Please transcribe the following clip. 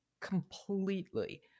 completely